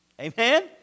Amen